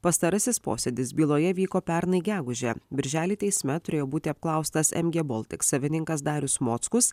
pastarasis posėdis byloje vyko pernai gegužę birželį teisme turėjo būti apklaustas mg baltic savininkas darius mockus